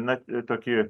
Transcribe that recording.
na tokį